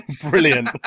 Brilliant